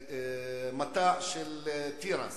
מטע של תירס.